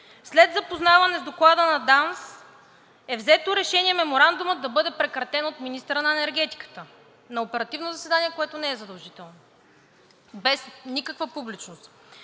след запознаване с доклада на ДАНС е взето решение Меморандумът да бъде прекратен от министъра на енергетиката на оперативно заседание, което не е задължително, без никаква публичност.